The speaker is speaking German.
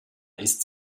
ist